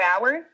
hours